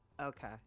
Okay